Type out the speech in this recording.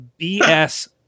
BS